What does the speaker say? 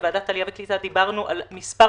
בוועדת העלייה והקליטה דיברנו על מספר